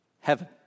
heaven